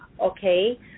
okay